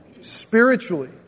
Spiritually